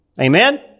Amen